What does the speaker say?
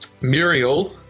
Muriel